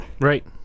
Right